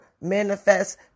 manifest